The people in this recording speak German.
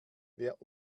wer